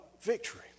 victory